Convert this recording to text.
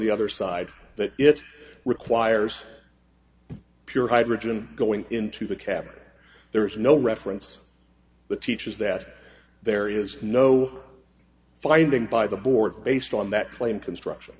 the other side that it requires pure hydrogen going into the cavity there is no reference but teaches that there is no finding by the board based on that claim construction